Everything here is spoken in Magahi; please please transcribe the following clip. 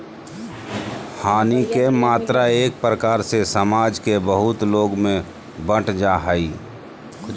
हानि के मात्रा एक प्रकार से समाज के बहुत लोग में बंट जा हइ